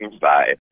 Bye